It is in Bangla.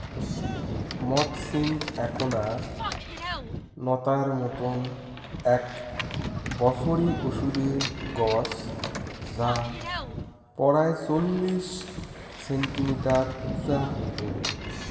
মথ সিম এ্যাকনা নতার মতন এ্যাক বছরি ওষুধের গছ যা পরায় চল্লিশ সেন্টিমিটার উচা হই